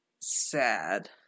sad